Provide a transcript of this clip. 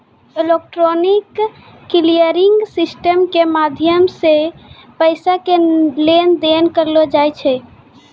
electronic clearing system के माध्यमो से पैसा के लेन देन करलो जाय छै